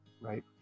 right